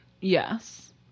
Yes